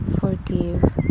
forgive